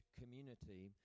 community